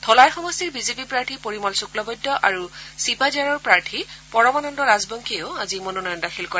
ধলাই সমষ্টিৰ বিজেপি প্ৰাৰ্থী পৰিমল শুক্লবৈদ্য আৰু ছিপাঝাৰৰ প্ৰাৰ্থী পৰমানন্দ ৰাজবংশীয়েও মনোনয়ন দাখিল কৰে